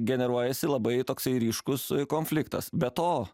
generuojasi labai toksai ryškus konfliktas be to